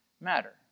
matter